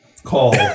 call